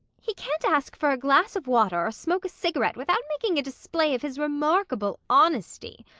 he can't ask for a glass of water or smoke a cigarette without making a display of his remarkable honesty.